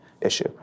issue